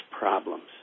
problems